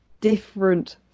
different